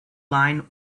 line